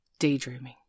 daydreaming